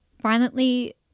violently